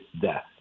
death